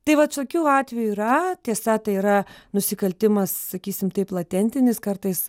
tai va tokių atvejų yra tiesa tai yra nusikaltimas sakysim taip latentinis kartais